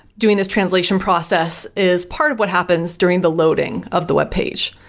doing this translation process is part of what happens during the loading of the web page.